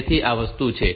તેથી તે આ વસ્તુ છે